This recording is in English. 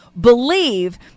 believe